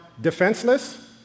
defenseless